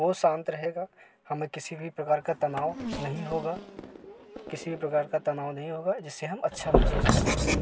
वो शांत रहेगा हमें किसी भी प्रकार का तनाव नहीं होगा जिससे हम अच्छा महसूस कर सकते हैं